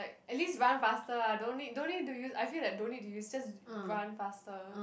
like at least run faster ah don't need don't need to use I feel that don't need to use just run faster